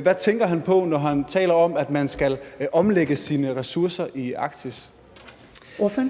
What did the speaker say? hvad tænker han på, når han taler om, at man skal omlægge sine ressourcer i Arktis? Kl.